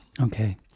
Okay